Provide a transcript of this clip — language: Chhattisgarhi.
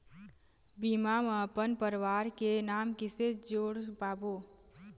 बीमा म अपन परवार के नाम किसे जोड़ पाबो?